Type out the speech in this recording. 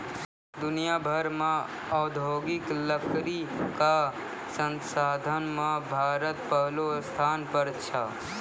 दुनिया भर मॅ औद्योगिक लकड़ी कॅ संसाधन मॅ भारत पहलो स्थान पर छै